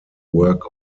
work